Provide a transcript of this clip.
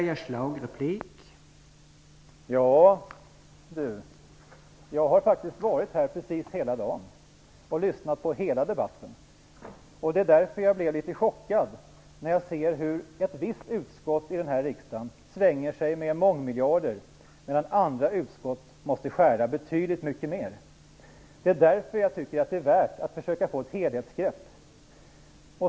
Herr talman! Jag har faktiskt varit här precis hela dagen och lyssnat på hela debatten. Jag blir litet chockad när jag ser hur ett visst utskott här i riksdagen svänger sig med mångmiljardbelopp, medan andra utskott måste skära ned betydligt mer. Det är därför jag tycker att det är värt att försöka få ett helhetsgrepp.